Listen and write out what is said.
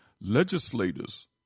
legislators